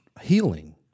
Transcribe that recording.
healing